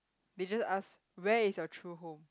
they just ask where is your true home